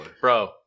Bro